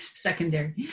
secondary